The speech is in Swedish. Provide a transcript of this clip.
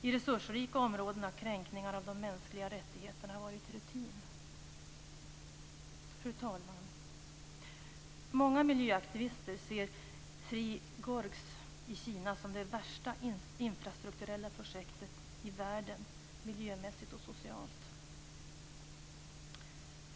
I resursrika områden har kränkningar av de mänskliga rättigheterna varit rutin. Fru talman! Många miljöaktivister ser Three Gorges i Kina som det värsta infrastrukturella projektet i världen, miljömässigt och socialt.